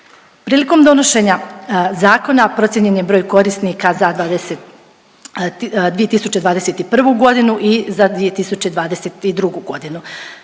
Prilikom donošenja zakona procijenjen je broj korisnika za 2021.g. i za 2022.g.,